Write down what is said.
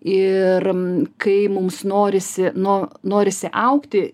ir kai mums norisi nu norisi augti